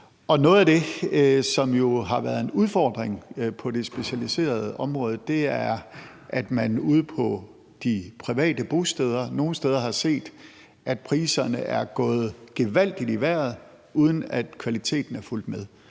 noget af det, som jo har været en udfordring på det specialiserede område, er, at man ude på de private bosteder nogle steder har set, at priserne er gået gevaldigt i vejret, uden at kvaliteten er fulgt med.